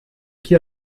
qui